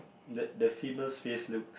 the the female's face looks